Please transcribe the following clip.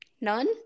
None